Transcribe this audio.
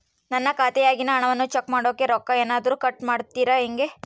ನನ್ನ ಖಾತೆಯಾಗಿನ ಹಣವನ್ನು ಚೆಕ್ ಮಾಡೋಕೆ ರೊಕ್ಕ ಏನಾದರೂ ಕಟ್ ಮಾಡುತ್ತೇರಾ ಹೆಂಗೆ?